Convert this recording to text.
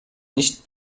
nicht